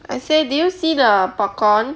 I say do you see the popcorn